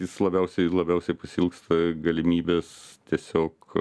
jis labiausiai labiausiai pasiilgsta galimybės tiesiog